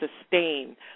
sustain